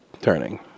turning